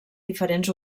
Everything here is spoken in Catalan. diferents